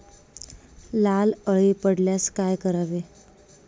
लाल अळी पडल्यास काय करावे?